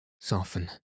soften